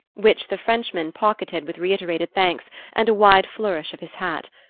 which the frenchman pocketed with reiterated thanks and a wide flourish of his hat.